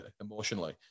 emotionally